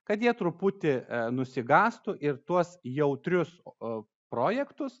kad jie truputį nusigąstų ir tuos jautrius projektus